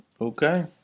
Okay